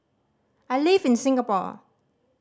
I live in Singapore